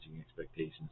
Expectations